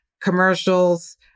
Commercials